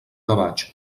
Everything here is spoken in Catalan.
gavatx